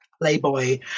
playboy